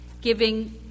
giving